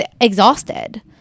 exhausted